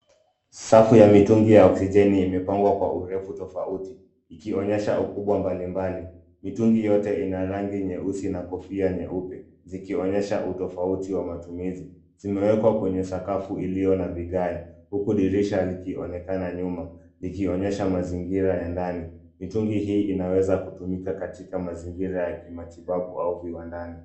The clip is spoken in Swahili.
Safu ya mitungi ya oksijeni imepangwa kwa urefu tofauti ikionyesha ukubwa mbalimbali. Mitungu yote ina rangi nyeusi na kofia nyeupe zikionyesha utofauti wa matumizi. Zimewekwa kwenye sakafu iliyo na vigae huku dirisha likionekana nyuma likionyesha mazingira ya ndani. Mitungi hii inaweza kutumika katika mazingira kimatibabu au viwandani.